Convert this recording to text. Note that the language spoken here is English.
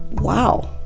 wow!